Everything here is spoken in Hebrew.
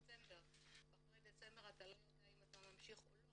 בדצמבר ואחרי דצמבר אתה לא יודע אם אתה ממשיך או לא,